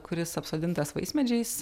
kuris apsodintas vaismedžiais